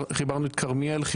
חיברנו את כרמיאל,